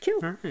Cool